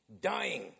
dying